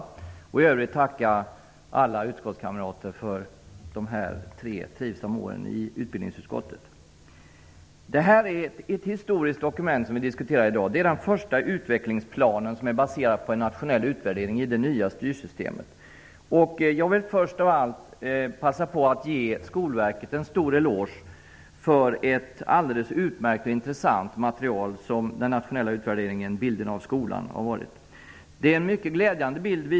Jag vill i övrigt tacka alla utskottskamrater för dessa tre trivsamma år i utbildningsutskottet. Vi diskuterar ett historiskt dokument i dag. Det är den första utvecklingsplanen som är baserad på en nationell utvärdering i det nya styrsystemet. Jag vill först av allt passa på att ge Skolverket en stor eloge för ett alldeles utmärkt och intressant material som bilderna av skolan från den nationella utvärderingen har utgjort. Bitvis är det en mycket glädjande bild.